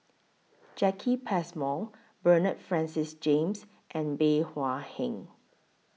Jacki Passmore Bernard Francis James and Bey Hua Heng